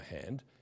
hand